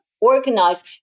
organize